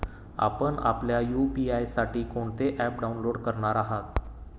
आपण आपल्या यू.पी.आय साठी कोणते ॲप डाउनलोड करणार आहात?